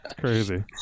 Crazy